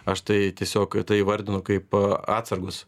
aš tai tiesiog tai įvardinu kaip atsargos